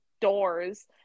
doors